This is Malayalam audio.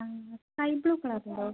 ആ ആ സ്കൈ ബ്ലൂ കളർ ഉണ്ടോ